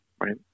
right